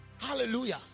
Hallelujah